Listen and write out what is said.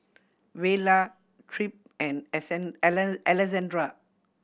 Vela Tripp and Alessandra